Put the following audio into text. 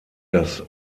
das